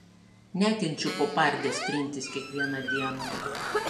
nekenčiu po pardes trintis kiekvieną dieną